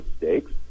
mistakes